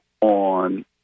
on